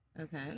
Okay